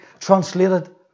translated